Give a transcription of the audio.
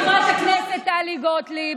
חברת הכנסת טלי גוטליב.